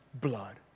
blood